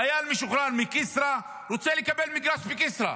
חייל משוחרר מכסרא רוצה לקבל מגרש בכסרא,